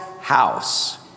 house